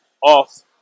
off